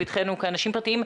לפתחנו כאנשים פרטים.